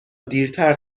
دیرتر